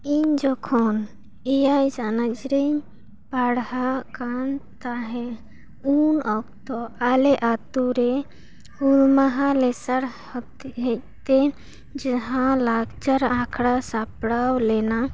ᱤᱧ ᱡᱚᱠᱷᱚᱱ ᱮᱭᱟᱭ ᱪᱟᱱᱟᱪ ᱨᱮᱧ ᱯᱟᱲᱦᱟᱜ ᱠᱟᱱ ᱛᱟᱦᱮᱸ ᱩᱱ ᱚᱠᱛᱚ ᱟᱞᱮ ᱟᱛᱳ ᱨᱮ ᱦᱩᱞ ᱢᱟᱦᱟ ᱞᱮᱥᱟᱲ ᱡᱮᱦ ᱛᱮ ᱡᱟᱦᱟᱸ ᱞᱟᱠᱪᱟᱨ ᱟᱠᱷᱟᱲᱟ ᱥᱟᱯᱲᱟᱣ ᱞᱮᱱᱟ